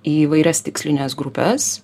įvairias tikslines grupes